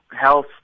health